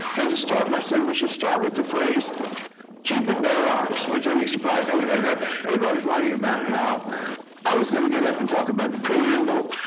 and just start by saying, we should start with the phrase keep and bear arms, which um like surprised everybody. everybody was writing about how i was going to get up and talk about the preamble,